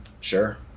Sure